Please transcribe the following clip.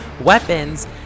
weapons